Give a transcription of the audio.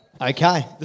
Okay